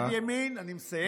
אני מסיים.